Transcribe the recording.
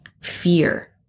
Fear